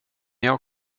jag